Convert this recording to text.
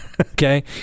okay